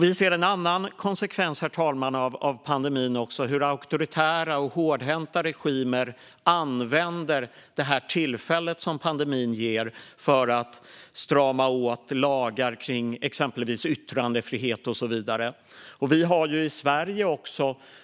Vi ser också en annan konsekvens av pandemin, herr talman, nämligen hur auktoritära och hårdhänta regimer använder detta tillfälle som pandemin ger till att strama åt lagar kring exempelvis yttrandefrihet. Vi har också i Sverige